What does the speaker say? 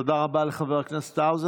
תודה רבה לחבר הכנסת האוזר.